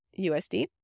USD